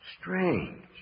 Strange